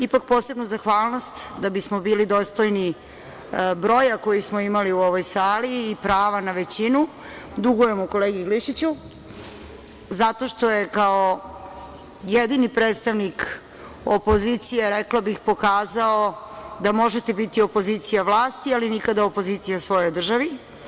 Ipak, posebnu zahvalnost, da bismo bili dostojni broja koji smo imali u ovoj sali i prava na većinu, dugujemo kolegi Glišiću, zato što je kao jedini predstavnik opozicije, rekla bih, pokazao da možete biti opozicija vlasti, ali nikada opozicija svojoj državi.